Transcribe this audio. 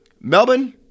Melbourne